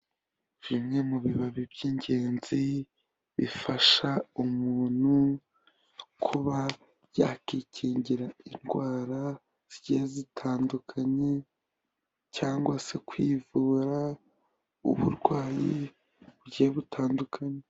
Bimwe mu bibabi by'ingenzi bifasha umuntu kuba yakikingira indwara zigiye zitandukanye cyangwa se kwivura uburwayi bugiye butandukanye.